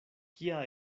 kia